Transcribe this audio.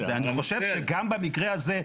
ואני חושב שגם במקרה הזה,